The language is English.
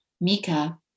Mika